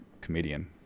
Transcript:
comedian